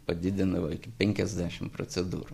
padidina va iki penkiasdešim procedūrų